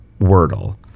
Wordle